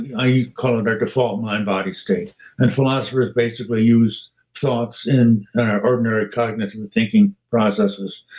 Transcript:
i call it a default mind-body state and philosophers basically use thoughts in ordinary cognitive thinking processes,